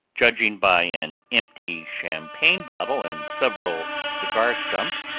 judging by an empty champagne bottle and several cigar-stumps,